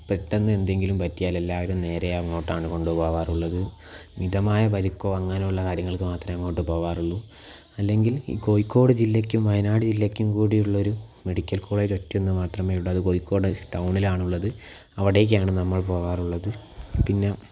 പെട്ടന്ന് എന്തെങ്കിലും പറ്റിയാൽ എല്ലാവരും നേരെ അങ്ങോട്ടാണ് കൊണ്ടു പോകാറുള്ളത് മിതമായ പരിക്കോ അങ്ങനെയുള്ള കാര്യങ്ങൾക്ക് മാത്രമേ അങ്ങോട്ട് പോകാറുള്ളൂ അല്ലെങ്കിൽ ഈ കോഴിക്കോട് ജില്ലയ്ക്കും വയനാട് ജില്ലയ്ക്കും കൂടി ഉള്ളൊരു മെഡിക്കൽ കോളേജ് ഒറ്റൊന്നു മാത്രമേ ഉള്ളു അത് കോഴിക്കോട് ടൗണിൽ ആണ് ഉള്ളത് അവിടേയ്ക്കാണ് നമ്മൾ പോകാറുള്ളത് പിന്നെ